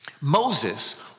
Moses